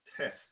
test